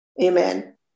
Amen